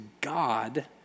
God